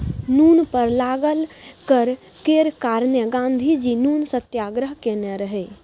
नुन पर लागल कर केर कारणेँ गाँधीजी नुन सत्याग्रह केने रहय